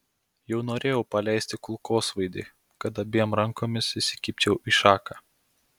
jau norėjau paleisti kulkosvaidį kad abiem rankomis įsikibčiau į šaką